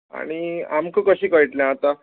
आनी आमकां कशें कळटलें आतां